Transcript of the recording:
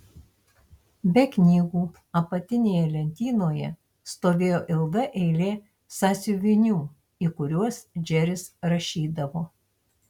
be knygų apatinėje lentynoje stovėjo ilga eilė sąsiuvinių į kuriuos džeris rašydavo